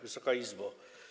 Wysoka Izbo!